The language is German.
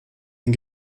den